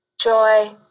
joy